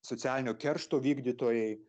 socialinio keršto vykdytojai